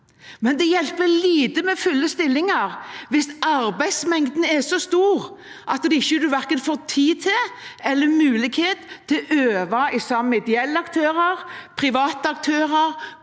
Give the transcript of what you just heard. men det hjelper lite med fulle stillinger hvis arbeidsmengden er så stor at en ikke får mulighet til å øve sammen med ideelle aktører, private aktører,